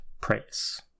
praise